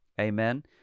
Amen